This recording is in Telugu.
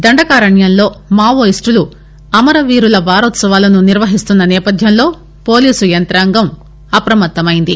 దండకారణ్యంలో మావోయిస్టులు అమరవీరుల వారోత్సవాలను నిర్వహిస్తున్న నేపథ్యంలో పోలీసు యంతాంగం అపమత్తమైంది